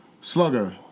Slugger